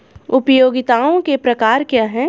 उपयोगिताओं के प्रकार क्या हैं?